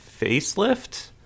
facelift